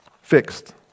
Fixed